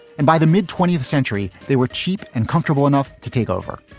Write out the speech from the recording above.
and by the mid twentieth century, they were cheap and comfortable enough to take over.